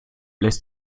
lässt